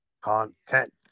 Content